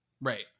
Right